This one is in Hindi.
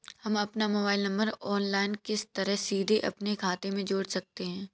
हम अपना मोबाइल नंबर ऑनलाइन किस तरह सीधे अपने खाते में जोड़ सकते हैं?